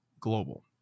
Global